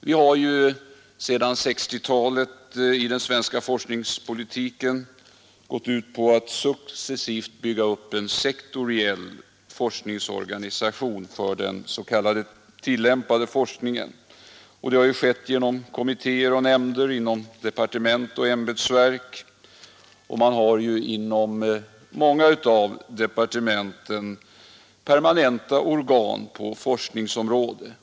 Vi har ju sedan 1960-talet i den svenska forskningspolitiken gått in för att successivt bygga upp en sektoriell forskningsorganisation för den s.k. tillämpade forskningen. Det har skett genom kommittéer och nämnder, inom departement och ämbetsverk. Inom många av departementen finns permanenta organ på forskningsområdet.